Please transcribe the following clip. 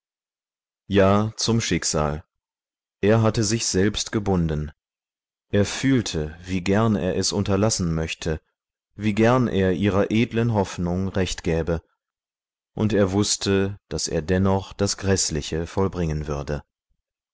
ja zum schicksal er hatte sich selbst gebunden er fühlte wie gern er es unterlassen möchte wie gern er ihrer edlen hoffnung recht gäbe und er wußte daß er dennoch das gräßliche vollbringen würde